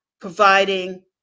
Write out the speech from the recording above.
providing